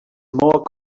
more